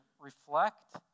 reflect